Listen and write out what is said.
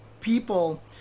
people